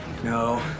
No